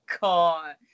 god